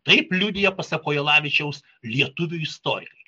taip liudija pasak kojalavičiaus lietuvių istorikai